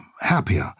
happier